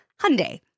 Hyundai